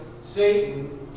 Satan